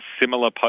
similar